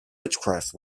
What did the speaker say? witchcraft